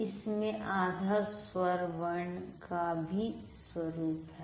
इसमें आधा स्वर वर्ण का भी स्वरूप है